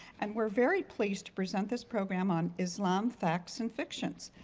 and we're very pleased to present this program on islam facts and fictions.